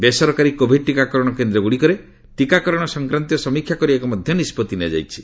ବେସରକାରୀ କୋଭିଡ ଟିକାକରଣ କେନ୍ଦ୍ରଗୁଡ଼ିକରେ ଟିକାକରଣ ସଂକ୍ରାନ୍ତୀୟ ସମୀକ୍ଷା କରିବାକୁ ମଧ୍ୟ ନିଷ୍ପଭି ନିଆଯାଇଛି